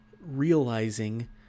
realizing